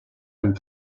amb